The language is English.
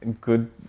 good